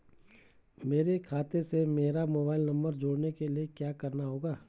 मेरे खाते से मेरा मोबाइल नम्बर जोड़ने के लिये क्या करना होगा?